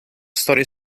storie